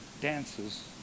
dances